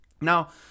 Now